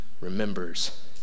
remembers